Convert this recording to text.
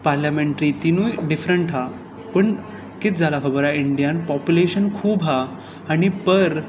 parliamentary तिनूय different आसा पूण कितें जाला खबर आसा इंडियांत पोप्युलेशन खूब आसा आनी पर